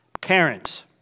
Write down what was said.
Parents